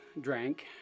drank